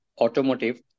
automotive